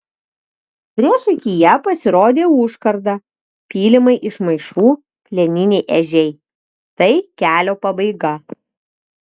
priešakyje pasirodė užkarda pylimai iš maišų plieniniai ežiai tai kelio pabaiga